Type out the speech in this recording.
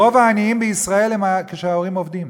רוב העניים בישראל הם כשההורים עובדים.